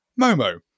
Momo